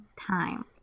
time